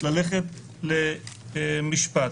מה הסיכוי שלו בבית המשפט?